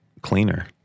cleaner